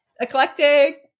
eclectic